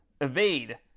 evade